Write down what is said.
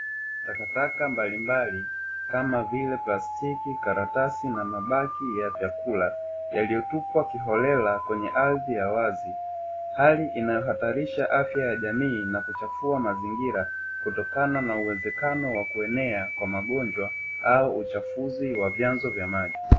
Takataka mbalimbali kama vile plastiki, karatasi na mabaki ya vyakula. Yaliyotupwa kihorera kwenye ardhi ya wazi, hali inayohatarisha afya ya jamii na kuchafua mazingira kutokana na uwezekano wa kuenea kwa magonjwa au uchafuzi wa vyanzo vya maji.